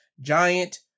giant